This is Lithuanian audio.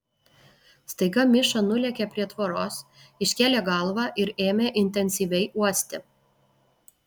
staiga miša nulėkė prie tvoros iškėlė galvą ir ėmė intensyviai uosti